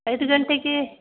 ಐದು ಗಂಟೆಗೆ